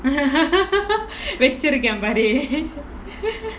வெச்சிருக்கேன் பார்:vechirukaen paar